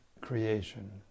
creation